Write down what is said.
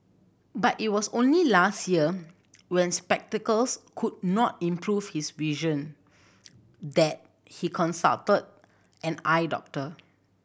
but it was only last year when spectacles could not improve his vision that he consulted an eye doctor